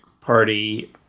Party